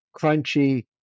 crunchy